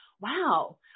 wow